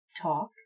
talk